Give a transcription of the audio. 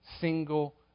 single